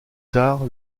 tard